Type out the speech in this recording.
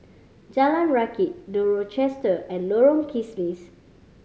Jalan Rakit The Rochester and Lorong Kismis